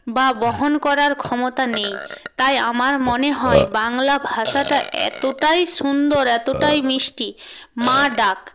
বা বহন করার ক্ষমতা নেই তাই আমার মনে হয় বাংলা ভাষাটা এতটাই সুন্দর এতটাই মিষ্টি মা ডাক